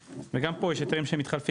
וגם פה יש היתרים שמתחלפים.